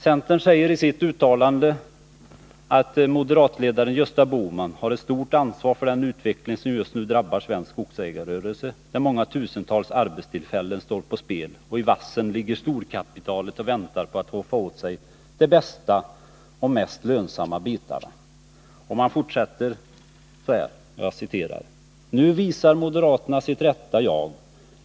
Centern säger i sitt uttalande: ”Moderatledaren Gösta Bohman har ett stort ansvar för den utveckling som just nu drabbar svensk skogsägarrörelse, där många tusentals arbetstillfällen står på spel, och i vassen ligger storkapitalet och väntar på att få roffa åt sig de bästa och de mest lönsamma bitarna.” Man fortsätter: ”Nu visar moderaterna sitt rätta "jag"!